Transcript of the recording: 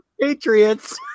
Patriots